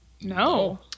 No